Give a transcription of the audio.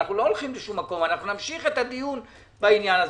נמשיך את הדיון בעניין.